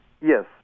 Yes